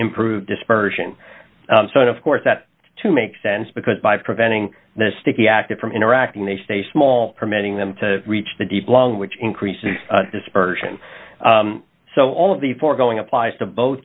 improve dispersion sort of course that to make sense because by preventing the sticky active from interacting they stay small permitting them to reach the deep lung which increases dispersion so all of the foregoing applies to bo